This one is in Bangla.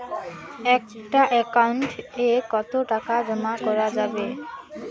একটা একাউন্ট এ কতো টাকা জমা করা যাবে?